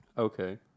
Okay